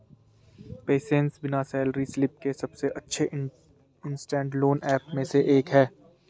PaySense बिना salary slip के सबसे अच्छे इंस्टेंट लोन ऐप में से एक है